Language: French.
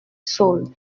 saules